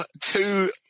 two